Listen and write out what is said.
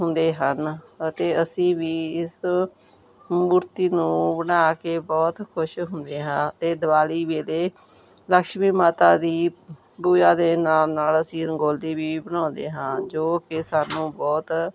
ਹੁੰਦੇ ਹਨ ਅਤੇ ਅਸੀਂ ਵੀ ਇਸ ਮੂਰਤੀ ਨੂੰ ਬਣਾ ਕੇ ਬਹੁਤ ਖੁਸ਼ ਹੁੰਦੇ ਹਾਂ ਅਤੇ ਦੀਵਾਲੀ ਵੇਲੇ ਲਕਸ਼ਮੀ ਮਾਤਾ ਦੀ ਪੂਜਾ ਦੇ ਨਾਲ ਨਾਲ ਅਸੀਂ ਰੰਗੋਲੀ ਵੀ ਬਣਾਉਂਦੇ ਹਾਂ ਜੋ ਕਿ ਸਾਨੂੰ ਬਹੁਤ